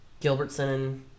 Gilbertson